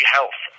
Health